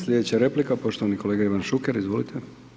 Slijedeća replika, poštovani kolega Ivan Šuker, izvolite.